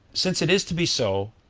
since it is to be so,